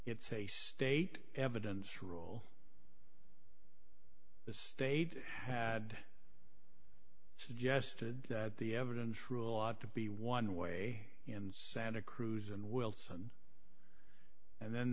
it's a state evidence rule the state had suggested that the evidence rule ought to be one way in santa cruz and wilson and then